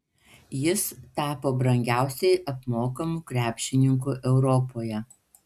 jis tapo brangiausiai apmokamu krepšininku europoje